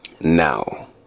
now